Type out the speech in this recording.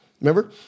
remember